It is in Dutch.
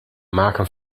maken